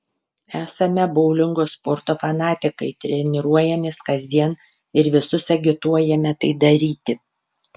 esame boulingo sporto fanatikai treniruojamės kasdien ir visus agituojame tai daryti